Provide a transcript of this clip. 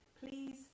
please